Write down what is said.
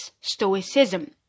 Stoicism